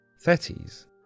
Thetis